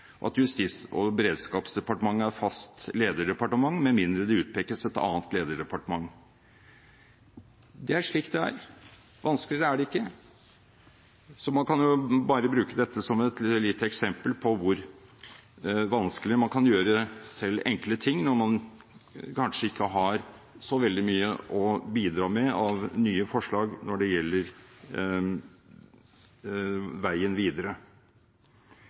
at Justis- og beredskapsdepartementet er fast lederdepartement med mindre det utpekes et annet lederdepartement. Det er slik det er. Vanskeligere er det ikke. Så man kan jo bare bruke dette som et lite eksempel på hvor vanskelig man kan gjøre selv enkle ting, når man kanskje ikke har så veldig mye å bidra med av nye forslag når det gjelder veien videre.